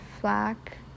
flack